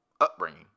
upbringing